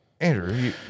Andrew